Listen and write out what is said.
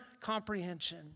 comprehension